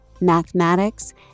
mathematics